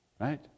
right